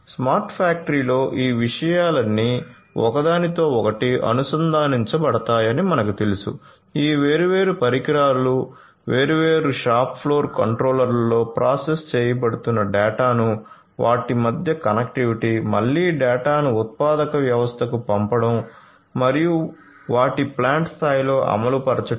smart ఫ్యాక్టరీలో ఈ విషయాలన్నీ ఒకదానితో ఒకటి అనుసంధానించబడతాయని మనకు తెలుసు ఈ వేర్వేరు పరికరాలు వేర్వేరు షాప్ ఫ్లోర్ కంట్రోలర్లలో ప్రాసెస్ చేయబడుతున్న డేటాను వాటి మధ్య కనెక్టివిటీ మళ్ళీ డేటాను ఉత్పాదక వ్యవస్థకు పంపడం మరియు వాటి ప్లాంట్ స్థాయిలో అమలుపరచడం